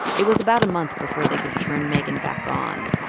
it was about a month before they could turn megan back on.